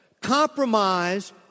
Compromise